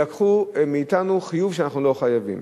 ולקחו מאתנו חיוב שאנחנו לא חייבים.